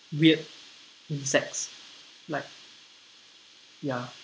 weird insects like ya